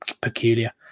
peculiar